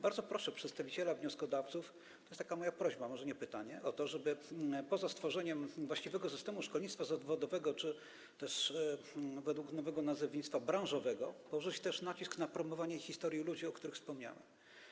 Bardzo proszę przedstawiciela wnioskodawców - to jest taka moja prośba, może nie pytanie - o to, żeby poza stworzeniem właściwego systemu szkolnictwa zawodowego czy też według nowego nazewnictwa: branżowego położyć też nacisk na promowanie historii ludzi, o których wspomniałem.